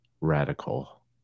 radical